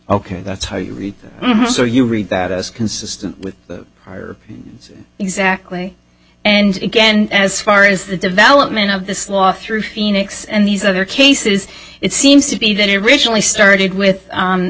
we that's how you read or you read that as consistent with her exactly and again as far as the development of this law through phoenix and these other cases it seems to be that originally started with